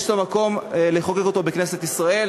יש מקום לחוקק אותו בכנסת ישראל.